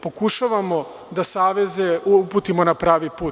Pokušavamo da saveze uputimo na pravi put.